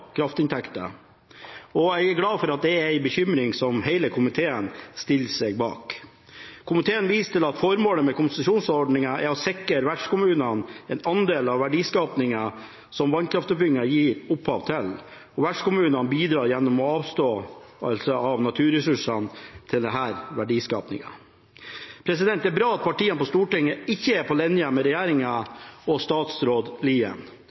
kraftinntekter. Jeg er glad for at det er en bekymring som hele komiteen stiller seg bak. Komiteen viser til at formålet med konsesjonsordningene er å sikre vertskommunene en andel av verdiskapingen som vannkraftutbyggingen gir opphav til. Vertskommunene bidrar gjennom avståelse av naturressurser til denne verdiskapingen. Det er bra at partiene på Stortinget ikke er på linje med regjeringen og statsråd Lien